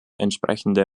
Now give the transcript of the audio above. entsprechende